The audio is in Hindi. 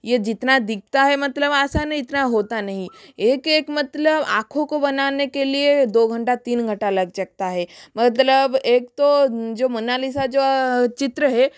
यह जितना दिखता है मतलब आसान इतना होता नहीं है एक एक मतलब आँखों को बनाने के लिए दो घंटा तीन घंटा लग जकता है मतलब एक तो जो मोनालिसा जो चित्र है